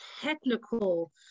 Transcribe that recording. technical